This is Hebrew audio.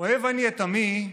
אוהב אני את עמי,